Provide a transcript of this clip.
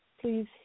Please